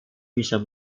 bisa